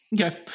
Okay